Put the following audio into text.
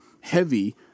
heavy